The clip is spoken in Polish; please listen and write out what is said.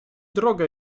drogę